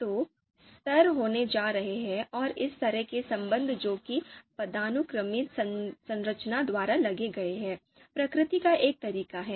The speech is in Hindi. तो स्तर होने जा रहे हैं और इस तरह के संबंध जो कि पदानुक्रमित संरचना द्वारा लगाए गए हैं प्रकृति का एक तरीका है